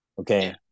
okay